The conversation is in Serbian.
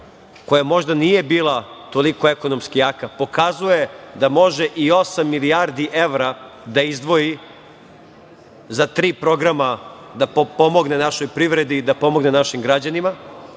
koja možda nije bila toliko ekonomski jaka, pokazuje da može i osam milijardi evra da izdvoji za tri programa da potpomogne našoj privredi i da pomogne našim građanima